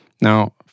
Now